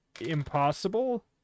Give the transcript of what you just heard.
impossible